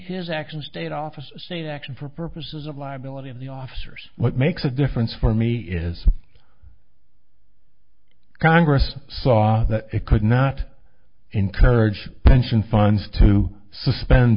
his actions state office say that action for purposes of liability of the officers what makes a difference for me is congress saw that it could not encourage pension funds to suspend